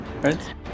right